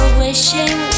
wishing